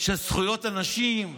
של זכויות הנשים.